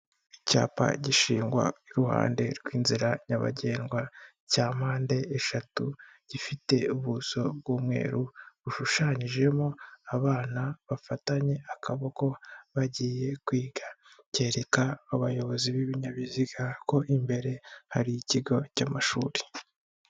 Icyapa gishingwa iruhande rw'inzira nyabagendwa cya mpande eshatu gifite ubuso bw'umweru bushushanyijemo abana bafatanye akaboko bagiye kwiga, kereka abayobozi b'ibinyabiziga ko imbere hari ikigo cy'amashuri.